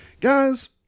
guys